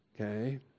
Okay